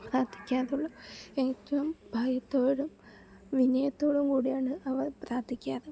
പ്രാർത്ഥിക്കാറുളളൂ ഏറ്റവും ഭയത്തോടും വിനയത്തോടും കൂടിയാണ് അവർ പ്രാർത്ഥിക്കാറ്